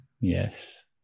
Yes